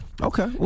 Okay